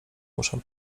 muszę